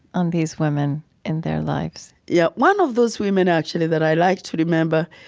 on these women, in their lives yeah one of those women, actually, that i like to remember,